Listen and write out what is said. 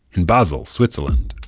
in basel, switzerland.